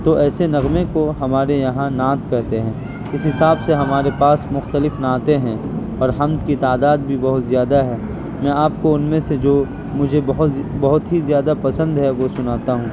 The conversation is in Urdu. تو ایسے نغمے کو ہمارے یہاں نعت کہتے ہیں اس حساب سے ہمارے پاس مختلف نعتیں ہیں اور حمد کی تعداد بھی بہت زیادہ ہے میں آپ کو ان میں سے جو مجھے بہت بہت ہی زیادہ پسند ہے وہ سناتا ہوں